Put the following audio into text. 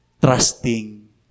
trusting